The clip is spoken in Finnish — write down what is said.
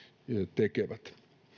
tekevät